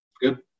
Good